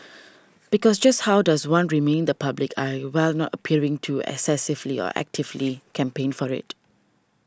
because just how does one remain the public eye while not appearing to excessively or actively campaign for it